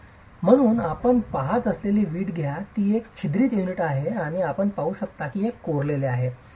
म्हणून आपण पहात असलेली वीट घ्या ती एक छिद्रित युनिट आहे आणि आपण पाहू शकता की हे कोरलेले आहे बरोबर